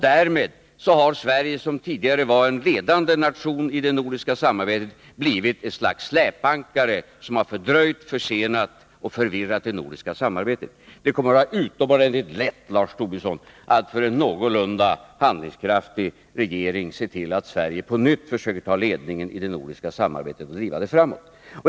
Därmed har Sverige, som tidigare var en ledande nation i det nordiska samarbetet, blivit ett slags släpankare som fördröjt, försenat och förvirrat det nordiska samarbetet. Det kommer att vara utomordentligt lätt, Lars Tobisson, att för en någorlunda handlingskraftig regering se till att Sverige på nytt försöker ta ledningen i det nordiska samarbetet och driva det framåt.